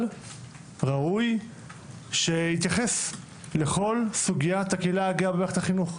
ראוי שיתייחס לכל סוגיית הקהילה הגאה במערכת החינוך,